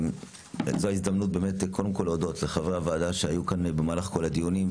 זאת ההזדמנות קודם כל להודות לחברי הוועדה שהיו כאן במהלך כל הדיונים,